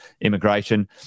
immigration